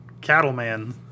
Cattleman